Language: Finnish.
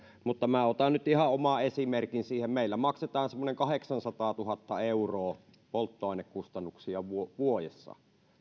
mutta minä otan nyt ihan oman esimerkin siihen että kun meillä maksetaan semmoinen kahdeksansataatuhatta euroa polttoainekustannuksia vuodessa